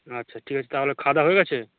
আচ্ছা ঠিক আছে তাহলে খাওয়া দাওয়া হয়ে গেছে